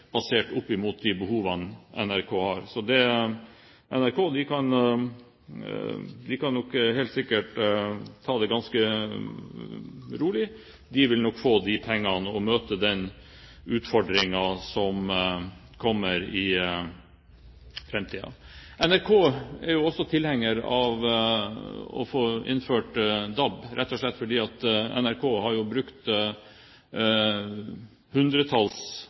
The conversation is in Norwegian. basert på hvilke behov NRK har. Så NRK kan nok helt sikkert ta det ganske rolig; de vil nok få de pengene de trenger for å møte den utfordringen som kommer i framtiden. NRK er også tilhenger av å få innført DAB, rett og slett fordi de har brukt hundretalls millioner kroner på DAB-standarden. Jeg forventer at statsråden, når vi nå har